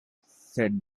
said